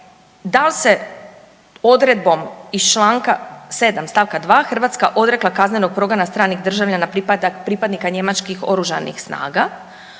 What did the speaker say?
da li se odredbom iz čanka 7. stavka 2. Hrvatska odrekla kaznenog progona stranih državljana pripadnika njemačkih oružanih snaga,